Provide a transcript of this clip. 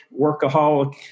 workaholic